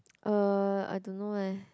uh I don't know leh